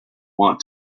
want